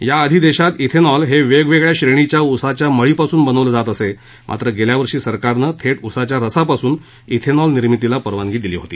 याआधी देशात खिनॉल हे वेगवेगळ्या श्रेणीच्या उसाच्या मळीपासून बनवलं जात असे मात्र गेल्या वर्षी सरकारनं थेट उसाच्या रसापासून विनॉल निर्मितीला परवानगी दिली होती